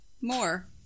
more